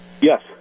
Yes